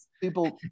people